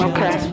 Okay